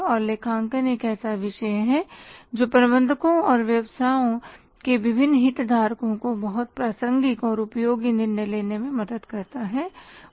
और लेखांकन एक ऐसा विषय है जो प्रबंधकों और व्यवसायों के विभिन्न हितधारकों को बहुत प्रासंगिक और उपयोगी निर्णय लेने में मदद करता है